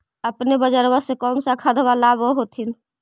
अपने बजरबा से कौन सा खदबा लाब होत्थिन?